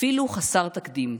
אפילו חסר תקדים.